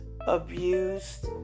abused